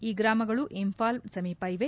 ಈ ಗ್ರಾಮಗಳು ಇನ್ವಾಲ್ ಸಮೀಪ ಇವೆ